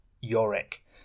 Yorick